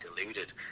deluded